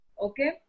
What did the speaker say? Okay